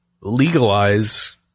legalize